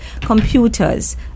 computers